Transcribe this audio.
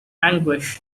anguish